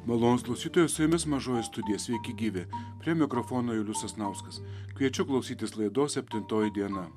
malonūs klausytojai su jumis mažoji studija sveiki gyvi prie mikrofono julius sasnauskas kviečiu klausytis laidos septintoji diena